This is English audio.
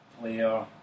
player